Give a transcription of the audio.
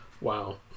Wow